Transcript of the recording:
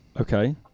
Okay